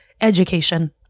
Education